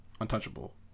untouchable